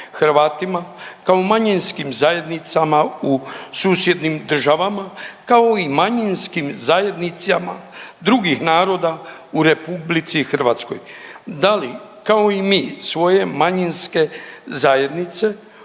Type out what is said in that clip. Hrvatima kao manjinskim zajednicama u susjednim državama, kao i manjinskim zajednicama drugih naroda u RH. Da li kao i mi svoje manjinske zajednice